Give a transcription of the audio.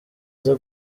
aza